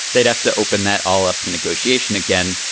they'd have to open that all up to negotiation again.